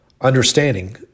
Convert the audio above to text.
understanding